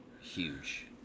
huge